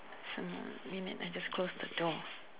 so wait a minute I just close the door